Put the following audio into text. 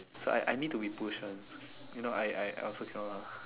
so I I need to be pushed [one] you know I I I also cannot lah